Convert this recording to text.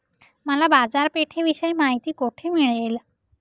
मला बाजारपेठेविषयी माहिती कोठे मिळेल?